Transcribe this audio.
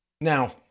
Now